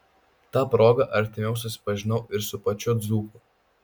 ta proga artimiau susipažinau ir su pačiu dzūku